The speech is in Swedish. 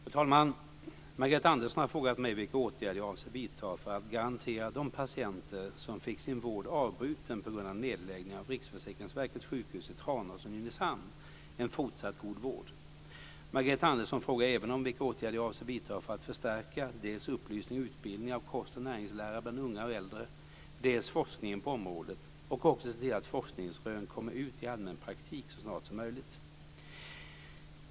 Fru talman! Margareta Andersson har frågat mig vilka åtgärder jag avser vidta för att garantera de patienter som fick sin vård avbruten på grund av nedläggningen av Riksförsäkringsverkets sjukhus i Tranås och Nynäshamn en fortsatt god vård. Margareta Andersson frågar även vilka åtgärder jag avser vidta för att förstärka dels upplysning och utbildning när det gäller kost och näringslära bland unga och äldre, dels forskningen på området och också se till att forskningsrön kommer ut i allmän praktik så snart som möjligt.